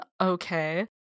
okay